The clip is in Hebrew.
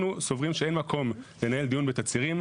אנחנו סוברים שאין מקום לנהל דיון בתצהירים.